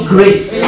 Grace